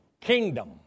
kingdom